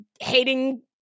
hating